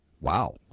Wow